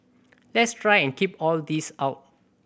let's try and keep all this out